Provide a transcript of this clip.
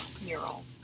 mural